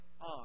on